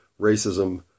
racism